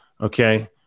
Okay